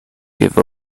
give